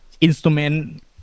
instrument